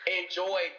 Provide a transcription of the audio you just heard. enjoy